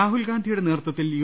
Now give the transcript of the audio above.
രാഹുൽ ഗാന്ധിയുടെ നേതൃത്വത്തിൽ യു